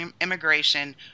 immigration